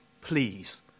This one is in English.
please